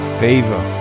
favor